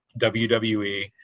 WWE